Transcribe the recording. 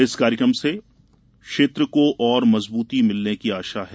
इस कार्यक्रम से इस क्षेत्र को और मजबूती मिलने की आशा है